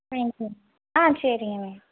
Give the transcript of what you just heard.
thank you ஆ சரிங்க ma'am